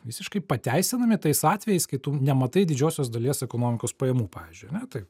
visiškai pateisinami tais atvejais kai tu nematai didžiosios dalies ekonomikos pajamų pavyzdžiui metai